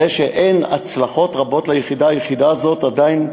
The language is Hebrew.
זה שאין הצלחות רבות ליחידה, היחידה הזאת עדיין,